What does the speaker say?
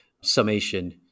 summation